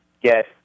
get